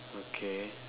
okay